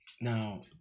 Now